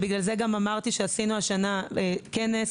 כמו שאמרתי, עשינו כנס.